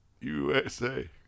USA